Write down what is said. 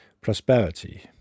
prosperity